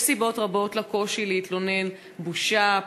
יש סיבות רבות לקושי להתלונן: בושה,